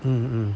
hmm hmm